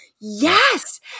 Yes